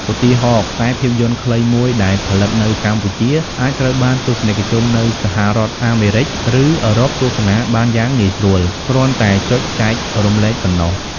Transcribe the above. ឧទាហរណ៍ ខ្សែភាពយន្តខ្លីមួយដែលផលិតនៅកម្ពុជា អាចត្រូវបានទស្សនិកជននៅសហរដ្ឋអាមេរិក ឬអឺរ៉ុបទស្សនាបានយ៉ាងងាយស្រួល គ្រាន់តែចុចចែករំលែកប៉ុណ្ណោះ។